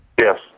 Yes